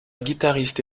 guitariste